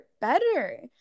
better